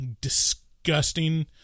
disgusting